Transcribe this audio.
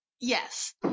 Yes